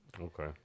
Okay